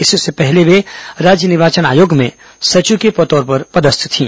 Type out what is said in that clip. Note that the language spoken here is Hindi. इससे पहले वे राज्य निर्वाचन आयोग में सचिव के तौर पर पदस्थ थीं